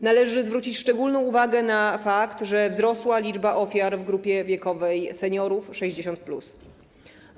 Należy zwrócić szczególną uwagę na fakt, że wzrosła liczba ofiar w grupie wiekowej seniorów 60+.